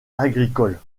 agricoles